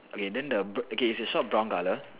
okay then the okay is the shop brown colour